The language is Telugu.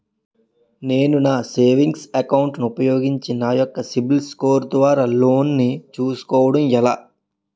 నేను నా సేవింగ్స్ అకౌంట్ ను ఉపయోగించి నా యెక్క సిబిల్ స్కోర్ ద్వారా లోన్తీ సుకోవడం ఎలా?